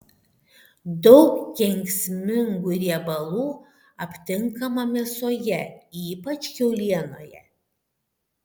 daug kenksmingų riebalų aptinkama mėsoje ypač kiaulienoje